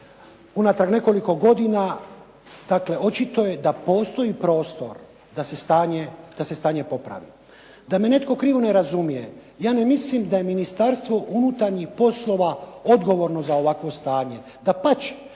unatrag nekoliko godina dakle očito je da postoji prostor da se stanje popravi. Da me netko krivo ne razumije, ja ne mislim da je Ministarstvo unutarnjih poslova odgovorno za ovakvo stanje,